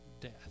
death